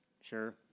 sure